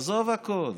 עזוב הכול,